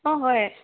অঁ হয়